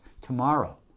tomorrow